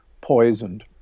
poisoned